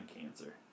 cancer